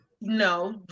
no